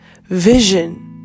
vision